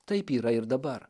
taip yra ir dabar